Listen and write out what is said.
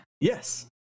Yes